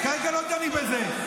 כרגע לא דנים על זה.